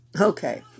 Okay